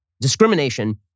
discrimination